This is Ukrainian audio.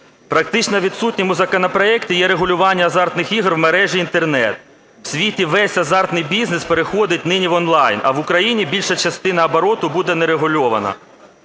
Практично відсутнім у законопроекті є регулювання азартних ігор в мережі Інтернет. В світі весь азартний бізнес переходить нині в онлайн, а в Україні більша частина обороту буде нерегульована.